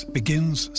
begins